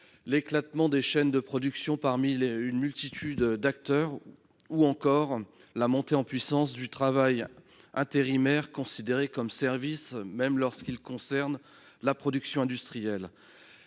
l'éclatement des chaînes de production entre une multitude d'acteurs ou encore la montée en puissance du travail intérimaire, considéré comme un service même lorsqu'il concerne la production industrielle.